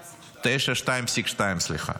9.22. 9.22, סליחה.